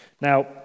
Now